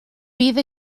bydd